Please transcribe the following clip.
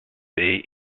day